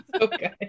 Okay